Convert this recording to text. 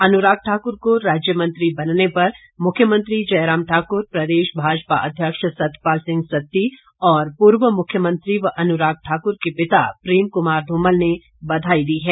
अनुराग ठाकुर को राज्य मंत्री बनने पर मुख्यमंत्री जयराम ठाकुर प्रदेश भाजपा अध्यक्ष सतपाल सिंह सत्ती और पूर्व मुख्यमंत्री व अनुराग ठाकुर के पिता प्रेम कुमार धूमल ने बधाई दी है